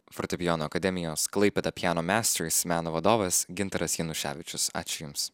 fortepijono akademijos klaipėda piano masters meno vadovas gintaras januševičius ačiū jums